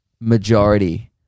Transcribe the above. majority